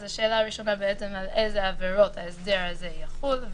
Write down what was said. אז השאלה הראשונה: על איזה עבירות ההסדר הזה יחול?